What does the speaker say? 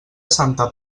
santa